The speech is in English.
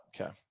Okay